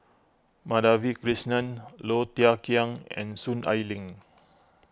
Madhavi Krishnan Low Thia Khiang and Soon Ai Ling